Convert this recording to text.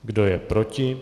Kdo je proti?